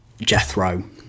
Jethro